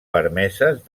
permeses